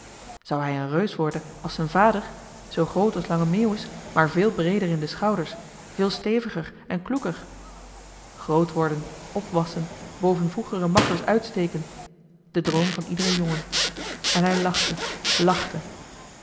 zou hij een reus worden als z'n vader zoo groot als lange meeuwis maar veel breeder in de schouders veel steviger en kloeker groot worden opwassen boven vroegere makkers uitsteken de droom van iederen jongen en hij lachte lachte